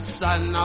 son